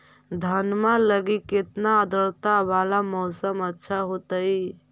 धनमा लगी केतना आद्रता वाला मौसम अच्छा होतई?